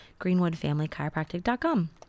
greenwoodfamilychiropractic.com